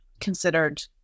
considered